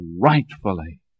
rightfully